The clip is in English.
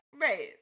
right